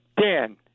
Dan